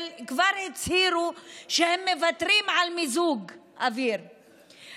כבר הצהירו שהם מוותרים על מיזוג אוויר,